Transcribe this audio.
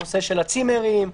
נושא הצימרים,